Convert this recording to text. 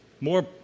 more